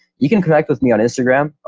you can connect with me on instagram. um,